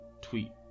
tweet